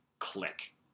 Click